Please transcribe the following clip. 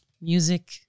music